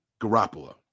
Garoppolo